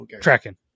Tracking